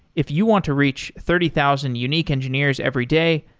if you want to reach thirty thousand unique engineers every day,